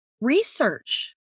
Research